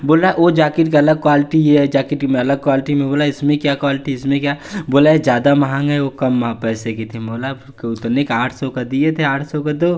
बोला वह जैकेट कि अलग क्वालिटी है यह जैकेट में अलग क्वालिटी मैं बोला इसमें क्या क्वालिटी है इसमें क्या बोला यह ज़्यादा महंगा है वह कम पैसे की थी मैं बोला कि उतने का आठ सौ का दिए थे आठ सौ का दो